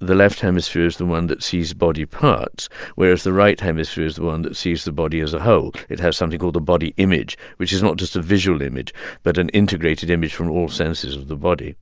the left hemisphere is the one that sees body parts whereas the right hemisphere is the one that sees the body as a whole. it has something called a body image, which is not just a visual image but an integrated image from all senses of the body